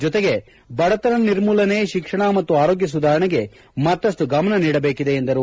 ಜೊತೆಗೆ ಬಡತನ ನಿರ್ಮೂಲನೆ ಶಿಕ್ಷಣ ಮತ್ತು ಆರೋಗ್ಟ ಸುಧಾರಣೆಗೆ ಮತ್ತಷ್ಟು ಗಮನ ನೀಡಬೇಕಿದೆ ಎಂದರು